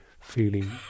feeling